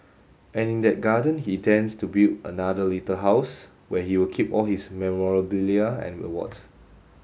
and in that garden he intends to build another little house where he will keep all his memorabilia and awards